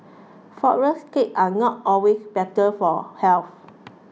Flourless Cakes are not always better for health